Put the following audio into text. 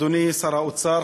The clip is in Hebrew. אדוני שר האוצר,